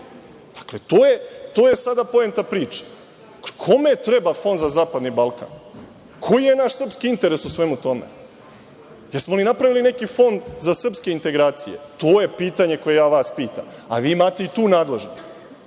Dakle, to je sada poenta priče. Kome treba Fond za zapadni Balkan? Koji je naš srpski interes u svemu tome? Da li smo napravili neki fond za srpske integracije? To je pitanje koje ja vas pitam, a vi imate i tu nadležnost.